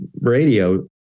radio